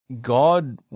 God